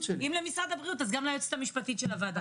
אם למשרד הבריאות אז גם ליועצת המשפטית של הוועדה.